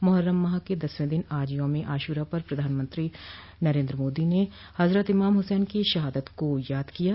मोहर्रम माह के दसवें दिन आज यौम ए अशुरा पर प्रधानमंत्री नरेन्द्र मोदी ने हजरत इमाम हुसैन की शहादत को याद किया है